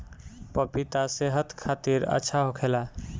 पपिता सेहत खातिर अच्छा होखेला